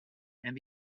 and